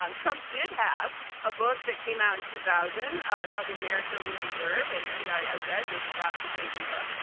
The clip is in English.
um trump did have a book that came out in two thousand called the america we deserve, and you know i read this godforsaken book.